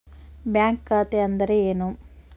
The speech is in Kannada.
ಬ್ಯಾಂಕ್ ಖಾತೆ ಅಂದರೆ ಏನು?